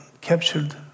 captured